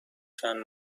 چند